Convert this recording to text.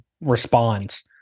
responds